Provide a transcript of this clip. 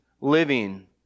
living